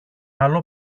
άλλο